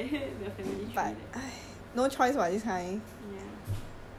a bit like like a bit dying there the family tree